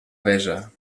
besa